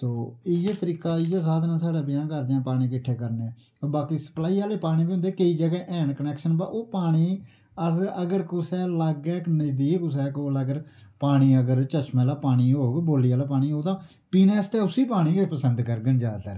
तो इयै तरीका इयै साधन ऐ साढ़ै ब्याह् कारजां च पानी किट्ठा करने बाकी स्पलाई आह्ले पानी बी होंदे केईं जगें हैन कनैक्शन व ओह् पानी अस अगर कुसै लागै नजदीक कुसै कोल अगर पानी अगर चशमेआह्ला पानी होग बौली आह्ला पानी होग ता पीनै आस्तै उस्सी पानी गै पसंद करगन जादातर